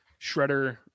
shredder